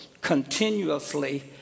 continuously